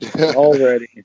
already